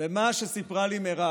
מה שסיפרה לי מרב